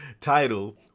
title